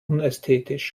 unästhetisch